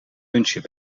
lunchen